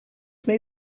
may